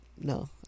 no